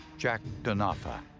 jack denofa.